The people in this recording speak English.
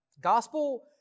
Gospel